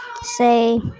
say